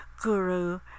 guru